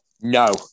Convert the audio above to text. no